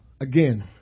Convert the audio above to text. again